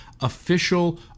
official